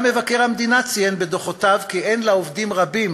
גם מבקר המדינה ציין בדוחותיו כי לעובדים רבים